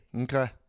Okay